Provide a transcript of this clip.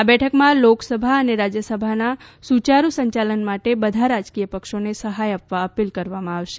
આ બેઠકમાં લોકસભા અને રાજ્યસભાના સુચારું સંચાલન માટે બધા રાજકીય પક્ષોને સહાય આપવા અપીલ કરવામાં આવશે